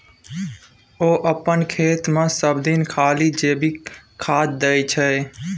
ओ अपन खेतमे सभदिन खाली जैविके खाद दै छै